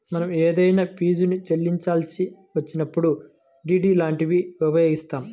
మనం ఏదైనా ఫీజుని చెల్లించాల్సి వచ్చినప్పుడు డి.డి లాంటివి ఉపయోగిత్తాం